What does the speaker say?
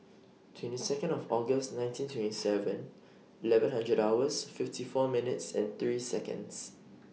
twenty Second of August nineteen twenty Seven Eleven hundred hours fifty four minutes and three Seconds